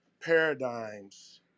paradigms